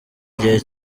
gihe